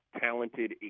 talented